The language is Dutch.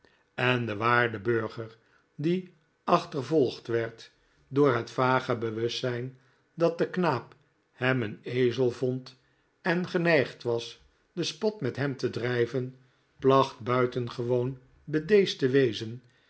en de waarde burger die achtervolgd werd door het vage bewustzijn dat de knaap hem een ezel vond en geneigd was den spot met hem te drijven placht buitengewoon bedeesd te wezen